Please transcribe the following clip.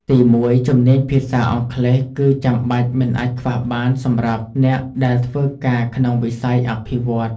ទីមួយជំនាញភាសាអង់គ្លេស គឺចាំបាច់មិនអាចខ្វះបានសម្រាប់អ្នកដែលធ្វើការក្នុងវិស័យអភិវឌ្ឍន៍។